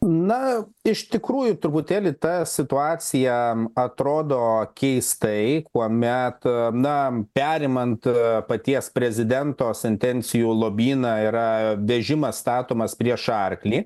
na iš tikrųjų truputėlį ta situacija atrodo keistai kuomet na perimant paties prezidento sentencijų lobyną yra vežimas statomas prieš arklį